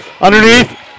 Underneath